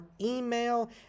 email